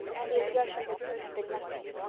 and the exertion would soon have been nothing.